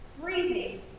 breathing